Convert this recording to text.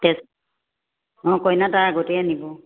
অঁ কইনা তাৰ আগতে আনিব